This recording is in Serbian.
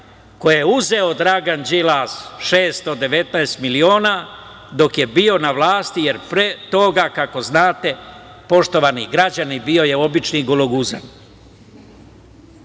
koje je uzeo Dragan Đilas, 619 miliona, dok je bio na vlasti, jer pre toga, kako znate, poštovani građani, bio je obični gologuzan.